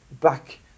back